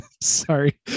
Sorry